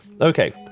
Okay